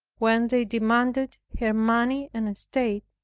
when they demanded her money and estate,